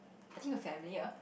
I think your family ah